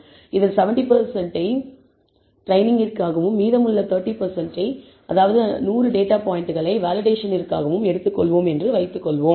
எனவே இதில் 70 பர்சன்ட்டை ட்ரெய்னிங்கிற்காகவும் மீதமுள்ள 30 பர்சன்ட்டை அதாவது 100 டேட்டா பாயிண்டுகள் வேலிடேஷனிற்காகவும் எடுத்துக்கொள்வோம் என்று வைத்துக்கொள்வோம்